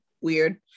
weird